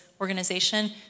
organization